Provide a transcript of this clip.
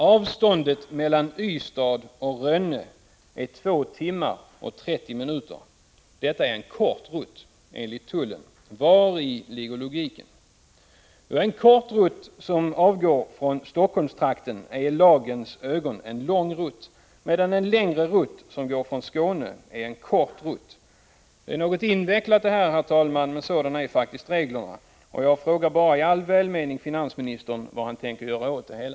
Avståndet mellan Ystad och Rönne är 2 timmar och 30 minuter. Detta är enligt tullen en kort rutt. Vari ligger logiken? En kort rutt som utgår från Helsingforsstrakten är i lagens mening en lång rutt, medan en längre rutt som utgår från Skåne är en kort rutt. Detta är något invecklat, herr talman, men sådana är faktiskt reglerna. Jag frågar bara i all välmening vad finansministern tänker göra åt det hela.